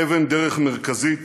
אבן דרך מרכזית